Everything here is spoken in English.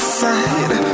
side